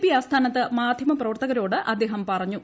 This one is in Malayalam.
പി ആസ്ഥാനത്ത് മാധ്യമ പ്രവർത്തകരോട് അദ്ദേഹം പറഞ്ഞു